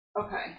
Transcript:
okay